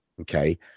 okay